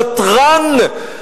ותרן.